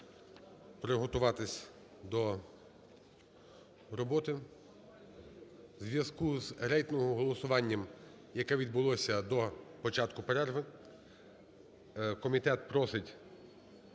приготуватись до роботи. У зв'язку з рейтинговим голосуванням, яке відбулося до початку перерви, комітет просить